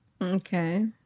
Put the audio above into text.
Okay